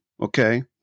okay